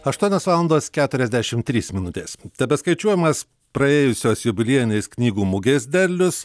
aštuonios valandos keturiasdešimt trys minutės tebeskaičiuojamas praėjusios jubiliejinės knygų mugės derlius